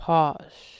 Pause